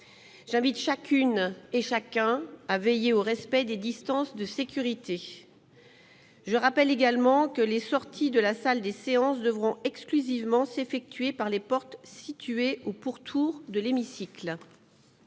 J'invite chacune et chacun à veiller au respect des distances de sécurité. Je rappelle également que les sorties de la salle des séances devront exclusivement s'effectuer par les portes situées au pourtour de l'hémicycle.